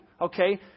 okay